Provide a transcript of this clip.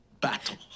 Battle